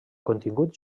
contingut